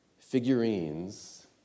figurines